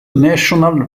national